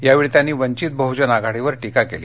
यावेळी त्यांनी वंचित बह्जन आघाडीवर टीका केली